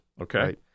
Okay